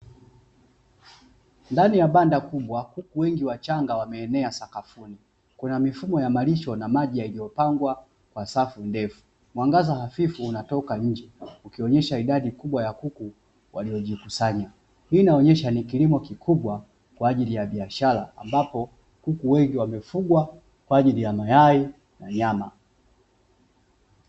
Ndani ya banda kubwa kuku wengi wachanga wameenea sakafuni, kuna mifumo ya malisho na maji yaliyopangwa kwa safu ndefu. Mwangaza hafifu unatoka nje, ukionyesha idadi kubwa ya kuku waliojikusanya. Hii inaonyesha ni kilimo kikubwa kwa ajili ya biashara; ambapo kuku wengi wamefugwa kwa ajili ya mayai na nyama.